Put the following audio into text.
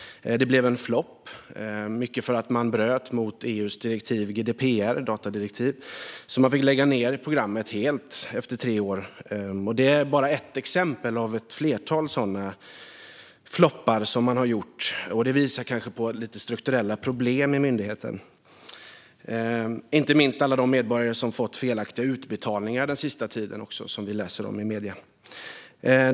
Det blev en flopp, mycket för att man bröt mot EU:s datadirektiv GDPR, så man fick lägga ned programmet helt efter tre år. Detta är bara ett exempel på ett flertal floppar man har gjort, och det visar kanske på en del strukturella problem i myndigheten. Det gäller även alla de medborgare som har fått felaktiga utbetalningar den sista tiden, vilket vi kan läsa om i medierna.